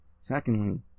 secondly